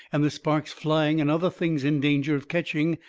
and the sparks flying and other things in danger of ketching,